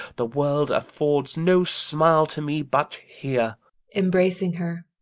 the world affords no smile to me but here embracing her.